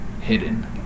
hidden